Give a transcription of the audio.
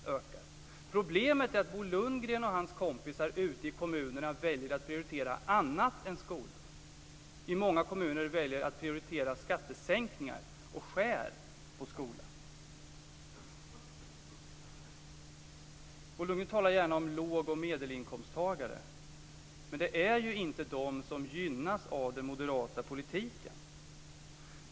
Problemet är att Bo Lundgren och hans kompisar i kommunerna väljer att prioritera annat än skolan. Många kommuner väljer att prioritera skattesänkningar och skär ned på skolan. Bo Lundgren talar gärna om låg och medelinkomsttagare. Det är inte de som gynnas av den moderata politiken.